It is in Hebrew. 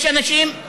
יש אנשים,